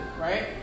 right